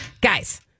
Guys